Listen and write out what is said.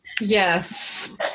yes